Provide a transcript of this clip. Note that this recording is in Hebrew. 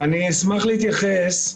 אני אשמח להתייחס.